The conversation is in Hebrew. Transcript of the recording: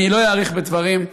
אני לא אאריך בדברים.